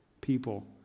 people